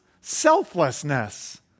Selflessness